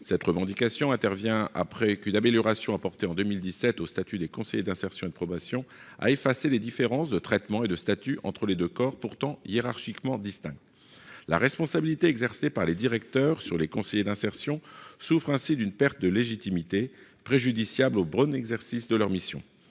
cette revendication intervient après qu'une amélioration apportée en 2017 au statut des conseillers d'insertion et de probation à effacer les différences de traitement et de statut entre les 2 corps pourtant hiérarchiquement distincts, la responsabilité exercée par les directeurs sur les conseillers d'insertion souffre ainsi d'une perte de légitimité préjudiciable aux brumes l'exercice de leur mission,